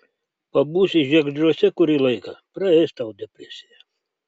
pabūsi žiegždriuose kurį laiką praeis tau depresija